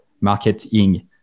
marketing